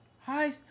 hi